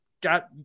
got